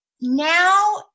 Now